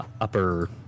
upper